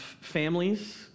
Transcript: families